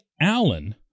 Allen